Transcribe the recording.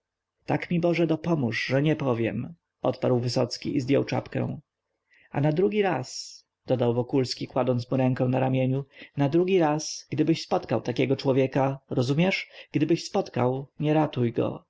tak mi boże dopomóż że nie powiem odparł wysocki i zdjął czapkę a na drugi raz dodał wokulski kładąc mu rękę na ramieniu na drugi raz gdybyś spotkał takiego człowieka rozumiesz gdybyś spotkał nie ratuj